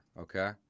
okay